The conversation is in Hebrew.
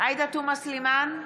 עאידה תומא סלימאן,